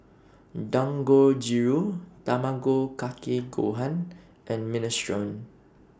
Dangojiru Tamago Kake Gohan and Minestrone